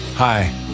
Hi